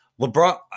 LeBron